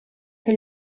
che